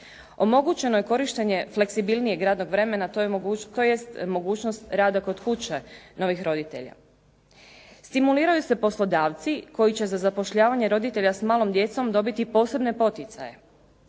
omogućeno je korištenje fleksibilnijeg radnog vremena, tj. mogućnost rada kod kuće novih roditelja. Stimuliraju se poslodavci koji će za zapošljavanje roditelja s malom djecom dobiti posebne poticaje,